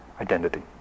identity